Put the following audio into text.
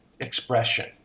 Expression